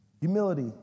humility